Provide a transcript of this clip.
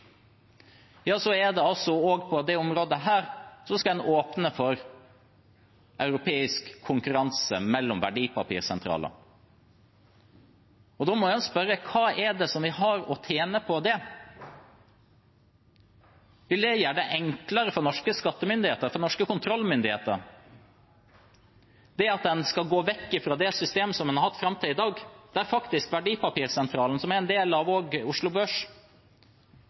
på dette området åpne for europeisk konkurranse mellom verdipapirsentraler. Da må en spørre: Hva er det vi har å tjene på det? Vil det gjøre det enklere for norske skattemyndigheter, for norske kontrollmyndigheter, at en skal gå vekk fra det systemet en har hatt fram til i dag, der Verdipapirsentralen – som er en del av Oslo Børs